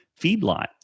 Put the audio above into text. feedlot